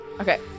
Okay